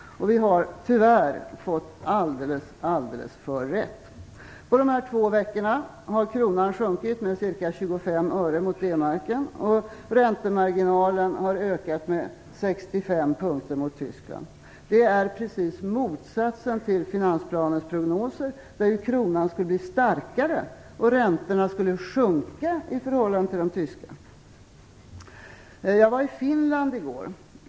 Vi har tyvärr fått alldeles, alldeles för rätt. På dessa två veckor har kronan sjunkit med ca 25 öre mot D-marken. Räntemarginalen har ökat med 65 punkter mot Tyskland. Det är precis motsatsen till finansplanens prognoser, där kronan skulle bli starkare och räntorna sjunka i förhållande till de tyska. Jag var i Finland i går.